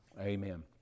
Amen